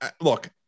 look